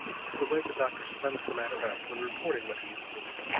was the way the doctor summed the matter up when reporting what he had seen.